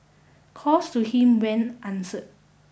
calls to him went answered